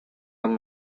gum